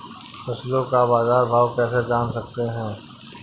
फसलों का बाज़ार भाव कैसे जान सकते हैं?